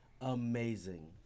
amazing